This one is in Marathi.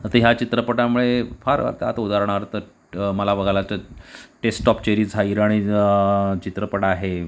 ते ह्या चित्रपटामुळे फार आता आता उदाहरणार्थ मला बघायला तर टेस्ट ऑप चेरीज हा इराणी चित्रपट आहे